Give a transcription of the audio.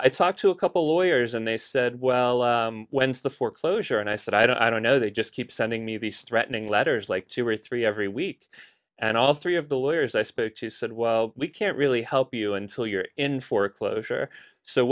i talked to a couple lawyers and they said well when's the foreclosure and i said i don't know they just keep sending me the stretching letters like two or three every week and all three of the lawyers i spoke to said well we can't really help you until you're in foreclosure so